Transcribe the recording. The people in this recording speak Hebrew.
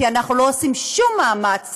כי אנחנו לא עושים שום מאמץ